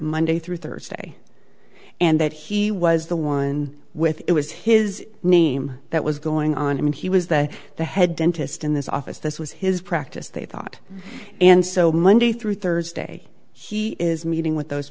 monday through thursday and that he was the one with it was his name that was going on and he was the the head dentist in this office this was his practice they thought and so monday through thursday he is meeting with those